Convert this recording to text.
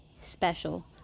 special